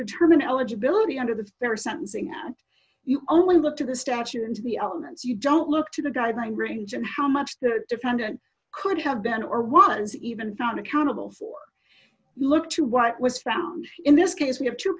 determine eligibility under the fair sentencing as you only look to the statute and the elements you don't look to the guideline range and how much the defendant could have been or was even found accountable for look to what was found in this case we have two